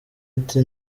ati